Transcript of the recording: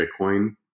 bitcoin